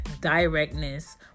directness